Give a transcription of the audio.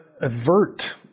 avert